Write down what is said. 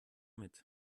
mit